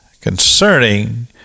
concerning